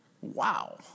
Wow